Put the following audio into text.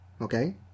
okay